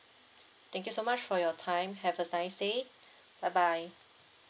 thank you so much for your time have a nice day bye bye